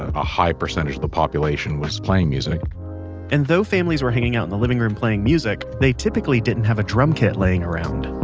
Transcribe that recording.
a high percentage of the population was playing music and though families were hanging out in the living room playing music, they typically didn't have a drum kit laying around